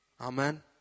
Amen